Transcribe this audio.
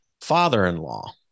father-in-law